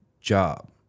job